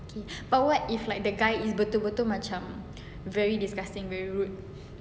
but what if like the guy betul-betul macam very disgusting very rude